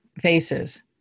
faces